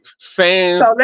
fans